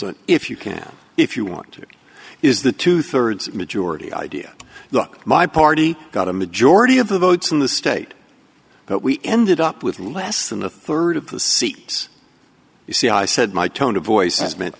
on if you can if you want to is the two thirds majority idea look my party got a majority of the votes in the state but we ended up with less than a third of the seat you see i said my tone of voice is meant